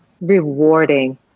Rewarding